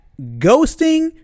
ghosting